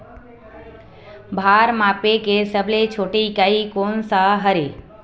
भार मापे के सबले छोटे इकाई कोन सा हरे?